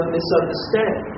misunderstand